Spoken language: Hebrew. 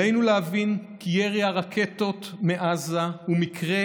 עלינו להבין כי ירי הרקטות מעזה הוא מקרה